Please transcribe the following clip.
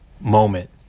moment